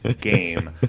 game